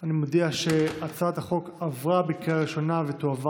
אני מודיע שהצעת החוק עברה בקריאה ראשונה ותועבר